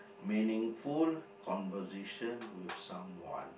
meaningful conversation with someone